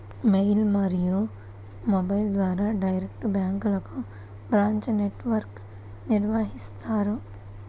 mail మరియు మొబైల్ల ద్వారా డైరెక్ట్ బ్యాంక్లకు బ్రాంచ్ నెట్ వర్క్ను నిర్వహిత్తారు